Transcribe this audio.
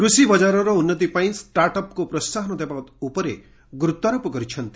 କୃଷି ବଜାରର ଉନ୍ନତି ପାଇଁ ଷ୍ଟାର୍ଟ ଅପ୍ କୁ ପ୍ରୋହାହନ ଦେବା ଉପରେ ଗୁରୁତ୍ୱାରୋପ କରିଛନ୍ତି